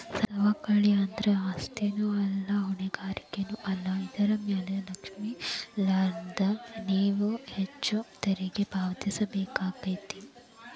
ಸವಕಳಿ ಅಂದ್ರ ಆಸ್ತಿನೂ ಅಲ್ಲಾ ಹೊಣೆಗಾರಿಕೆನೂ ಅಲ್ಲಾ ಇದರ್ ಮ್ಯಾಲೆ ಲಕ್ಷಿಲ್ಲಾನ್ದ್ರ ನೇವು ಹೆಚ್ಚು ತೆರಿಗಿ ಪಾವತಿಸಬೇಕಾಕ್ಕೇತಿ